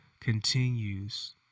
continues